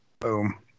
Boom